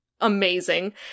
amazing